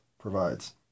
provides